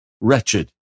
wretched